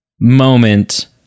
moment